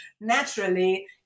naturally